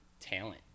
talent